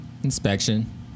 Inspection